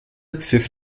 pfiff